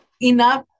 enough